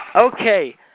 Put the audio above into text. Okay